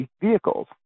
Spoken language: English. vehicles